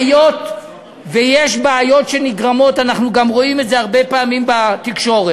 היות שיש בעיות שנגרמות אנחנו גם רואים את זה הרבה פעמים בתקשורת: